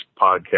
podcast